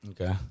Okay